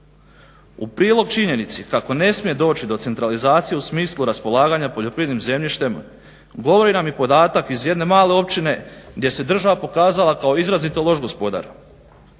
U prilog činjenici kako ne smije doći do centralizacije u smislu raspolaganja poljoprivrednim zemljištem govori nam i podatak iz jedne male općine gdje se država pokazala kao izrazito loš gospodar.